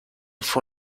fue